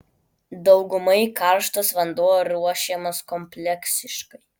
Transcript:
daugumai karštas vanduo ruošiamas kompleksiškai